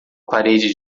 parede